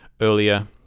earlier